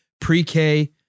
pre-K